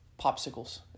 popsicles